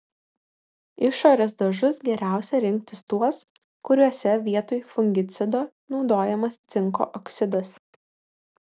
išorės dažus geriausia rinktis tuos kuriuose vietoj fungicido naudojamas cinko oksidas